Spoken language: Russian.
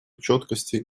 четкости